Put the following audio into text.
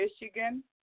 Michigan